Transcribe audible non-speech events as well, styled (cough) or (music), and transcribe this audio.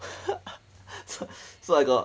(noise) so I so I got